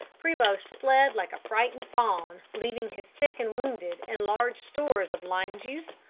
prevost fled like a frightened fawn, leaving his sick and wounded and large stores of lime-juice,